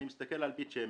אני מסתכל על בית שמש,